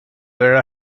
era